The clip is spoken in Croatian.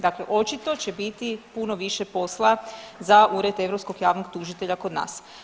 Dakle, očito će biti puno više posla za Ured europskog javnog tužitelja kod nas.